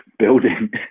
building